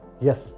yes